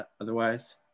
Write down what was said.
otherwise